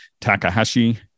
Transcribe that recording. Takahashi